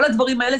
כל הדברים האלה,